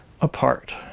apart